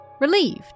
relieved